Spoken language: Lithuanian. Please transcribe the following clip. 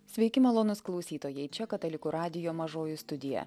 sveiki malonūs klausytojai čia katalikų radijo mažoji studija